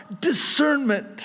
discernment